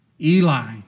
Eli